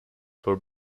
for